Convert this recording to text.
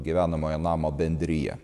gyvenamojo namo bendrija